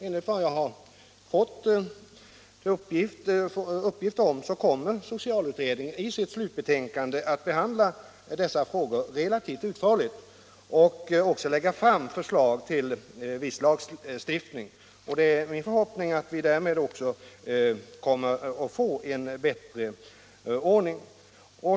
Enligt vad jag fått uppgift om kommer socialutredningen i sitt betänkande att behandla de här frågorna relativt utförligt och lägga fram förslag till viss lagstiftning. Det är min förhoppning att vi därmed kommer att få en bättre ordning.